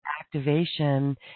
activation